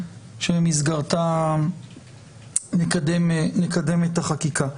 שבמסגרתה נקדם את החקיקה.